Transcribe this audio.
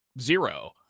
zero